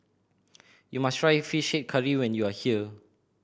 you must try Fish Head Curry when you are here